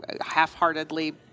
half-heartedly